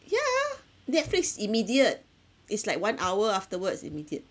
ya netflix immediate it's like one hour afterwards immediate